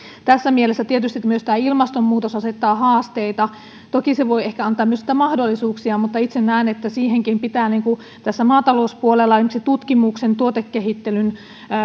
tässä mielessä tietysti myös ilmastonmuutos asettaa haasteita toki se voi ehkä antaa myös sitten mahdollisuuksia mutta itse näen että siihenkin pitää tässä maatalouspuolella esimerkiksi tutkimuksen tuotekehittelyn